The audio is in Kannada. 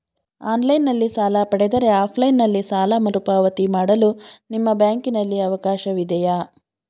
ಆನ್ಲೈನ್ ನಲ್ಲಿ ಸಾಲ ಪಡೆದರೆ ಆಫ್ಲೈನ್ ನಲ್ಲಿ ಸಾಲ ಮರುಪಾವತಿ ಮಾಡಲು ನಿಮ್ಮ ಬ್ಯಾಂಕಿನಲ್ಲಿ ಅವಕಾಶವಿದೆಯಾ?